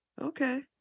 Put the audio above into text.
Okay